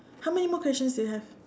how many more questions do you have